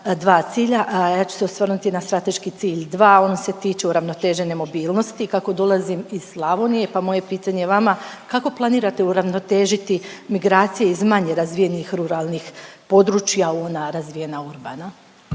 dva cilja, a ja ću se osvrnuti na strateški cilj dva on se tiče uravnotežene mobilnosti. Kako dolazim iz Slavonije pa moje pitanje vama kako planirate uravnotežiti migracije iz manje razvijenih ruralnih područja na razvijena urbana?